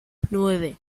nueve